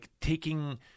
taking